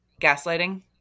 gaslighting